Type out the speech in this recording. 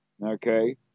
Okay